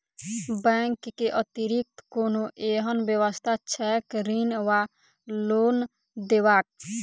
Bank केँ अतिरिक्त कोनो एहन व्यवस्था छैक ऋण वा लोनदेवाक?